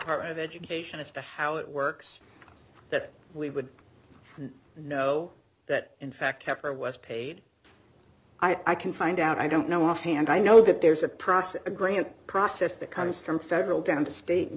department of education as to how it works that we would know that in fact pepper was paid i can find out i don't know offhand i know that there's a process a grant process that comes from federal down to state and